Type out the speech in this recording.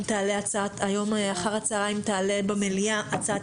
היום אחר הצוהריים תעלה במליאה הצעת